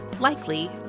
likely